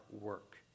work